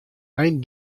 ein